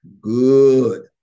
good